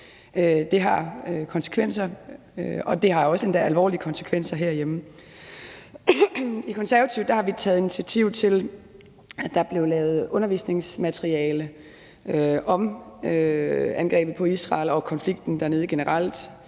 Det har konsekvenser, endda også alvorlige konsekvenser, herhjemme. I Konservative har vi taget initiativ til, at der bliver lavet undervisningsmateriale om angrebet på Israel og om